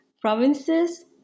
provinces